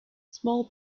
small